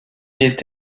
est